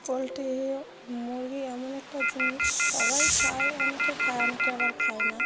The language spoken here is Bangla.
পোলট্রি মুরগি এমন একটা জিনিস সবাই খায় অনেকে খায় অনেকে আবার খায় না